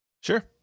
Sure